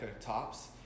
tops